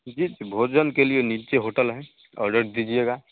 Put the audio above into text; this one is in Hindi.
जी भोजन के लिए नीचे होटल है ऑर्डर दीजिएगा